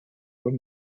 were